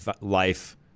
Life